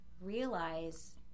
realize